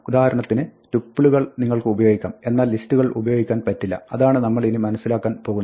ഉദാഹരണത്തിന് ടുപ്പിളുകൾ നിങ്ങൾക്ക് ഉപയോഗിക്കാം എന്നാൽ ലിസ്റ്റുകൾ ഉപയോഗിക്കാൻ പറ്റില്ല അതാണ് നമ്മൾ ഇനി മനസ്സിലാക്കുവാൻ പോകുന്നത്